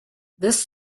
this